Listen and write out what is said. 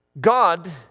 God